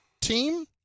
team